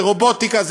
זה רובוטיקה,